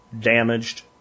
damaged